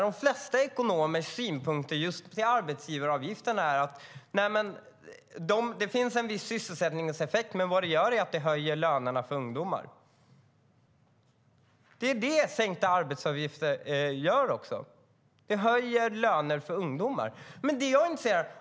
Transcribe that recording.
De flesta ekonomers synpunkter på arbetsgivaravgiften är att det finns en viss sysselsättningseffekt, men det höjer lönerna för ungdomar. Det är det som sänkta arbetsgivaravgifter leder till.